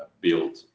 build